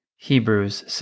Hebrews